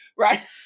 Right